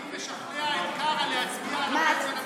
לפיד משכנע את קארה להצביע על הפנסיות התקציביות.